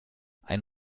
ein